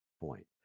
point